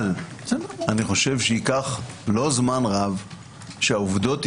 אבל אני חושב שייקח לא זמן רב שהעובדות יתבררו,